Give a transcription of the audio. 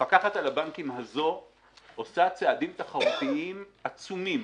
המפקחת על הבנקים הזו עושה צעדים תחרותיים עצומים.